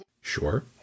Sure